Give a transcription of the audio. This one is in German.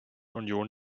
union